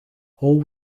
all